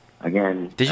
Again